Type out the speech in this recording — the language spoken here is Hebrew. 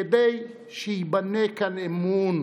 כדי שיבנה כאן אמון,